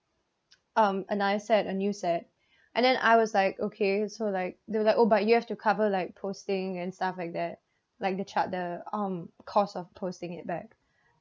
um another set a new set and then I was like okay so like they were like oh but you have to cover like posting and stuff like that like the char~ the cost of posting it back